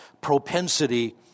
propensity